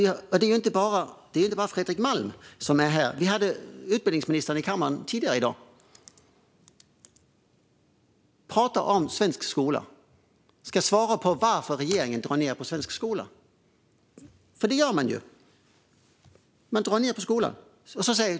Det är inte bara Fredrik Malm som är här och pratar om svensk skola. Vi hade utbildningsministern i kammaren tidigare i dag. Han skulle svara på varför regeringen drar ned på svensk skola, för det gör man. Man drar ned på skolan.